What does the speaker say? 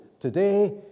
today